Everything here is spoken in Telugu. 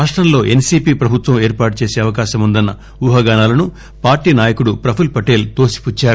రాష్టంలో ఎన్నీపీ ప్రభుత్వం ఏర్పాటుచేసే అవకాశముందన్న ఊహాగానాలను పార్టీ నాయకుడు ప్రపుల్ పటేల్ తోసిపుచ్చారు